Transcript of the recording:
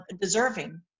deserving